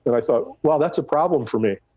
but i thought well that's a problem for me.